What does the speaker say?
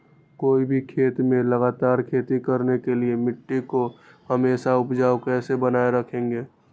कोई भी खेत में लगातार खेती करने के लिए मिट्टी को हमेसा उपजाऊ कैसे बनाय रखेंगे?